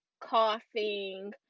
coughing